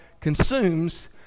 consumes